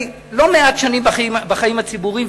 אני לא מעט שנים בחיים הציבוריים,